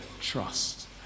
trust